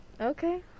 Okay